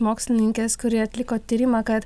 mokslininkės kuri atliko tyrimą kad